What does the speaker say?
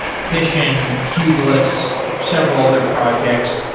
fission, kubeless, several other projects.